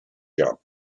jump